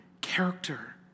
character